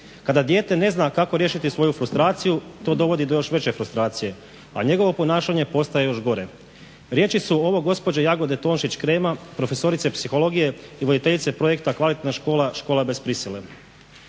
Kada dijete ne zna kako riješiti svoju frustraciju to dovodi do još veće frustracije, a njegovo ponašanje postaje još gore", riječi su ovo gospođe Jagode Tonšić Krema profesorice psihologije i voditeljice Projekta "Kvalitetna škola, škola bez prisile".